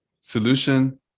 Solution